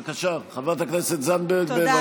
בבקשה, חברת הכנסת זנדברג, בבקשה.